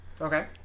Okay